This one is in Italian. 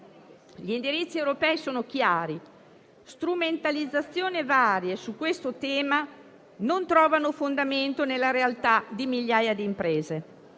Gli indirizzi europei sono chiari e strumentalizzazioni varie su questo tema non trovano fondamento nella realtà di migliaia di imprese,